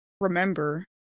remember